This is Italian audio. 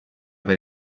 per